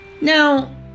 Now